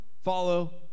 follow